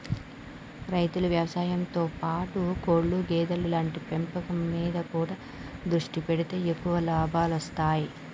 రైతులు వ్యవసాయం తో పాటు కోళ్లు గేదెలు లాంటి పెంపకం మీద కూడా దృష్టి పెడితే ఎక్కువ లాభాలొస్తాయ్